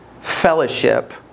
fellowship